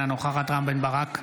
אינה נוכחת רם בן ברק,